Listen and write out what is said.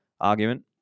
argument